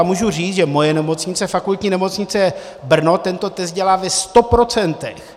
Můžu říct, že moje nemocnice, Fakultní nemocnice Brno, tento dělá ve 100 %.